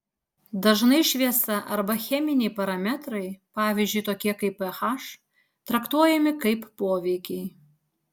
dažnai šviesa arba cheminiai parametrai pavyzdžiui tokie kaip ph traktuojami kaip poveikiai